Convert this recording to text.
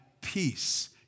peace